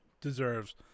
deserves